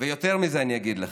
יותר מזה אני אגיד לך,